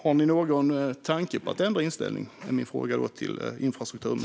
Min fråga till infrastrukturministern är: Har ni någon tanke på att ändra inställning?